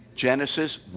Genesis